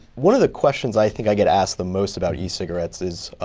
one of the questions i think i get asked the most about e-cigarettes is,